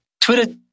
Twitter